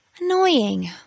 Annoying